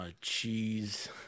cheese